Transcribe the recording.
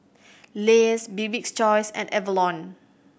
Lays Bibik's Choice and Avalon